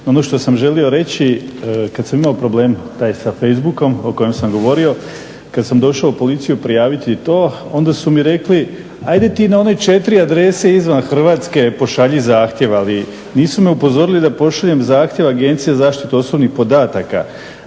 ono što sam želio reći kada sam imao problem taj sa facebookom o kojem sam govorio, kada sam došao u policiju prijaviti to onda su mi rekli ajde na ti one 4 adrese izvan Hrvatske pošalji zahtjev, ali nisu me upozorili da pošaljem zahtjev Agenciji za zaštitu osobnih podataka.